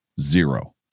Zero